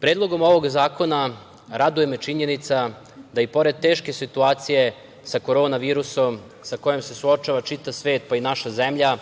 predlogom ovog zakona me raduje činjenica da i pored teške situacije sa korona virusom sa kojim se suočava čitav svet, pa i naša zemlja,